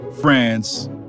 France